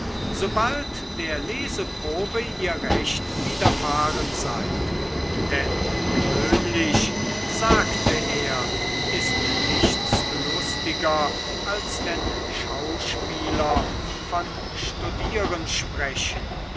sobald der leseprobe ihr recht widerfahren sei denn gewöhnlich sagte er ist nichts lustiger als wenn schauspieler von studieren sprechen